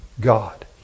God